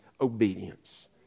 obedience